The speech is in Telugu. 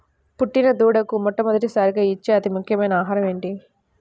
పుట్టిన దూడకు మొట్టమొదటిసారిగా ఇచ్చే అతి ముఖ్యమైన ఆహారము ఏంటి?